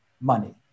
money